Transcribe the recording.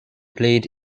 played